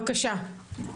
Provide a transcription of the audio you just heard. בבקשה.